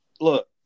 look